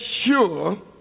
sure